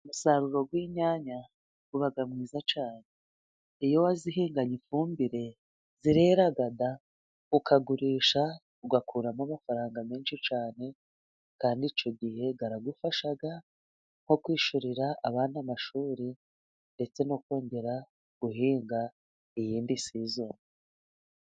Umusaruro w'inyanya uba mwiza cyane. Iyo wazihinganye ifumbire zirera da! Ukagurisha, ugakuramo amafaranga menshi cyane, kandi icyo gihe aragufasha nko kwishyurira abandi amashuri, ndetse no kongera guhinga iyindi sezo.